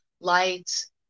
lights